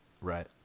Right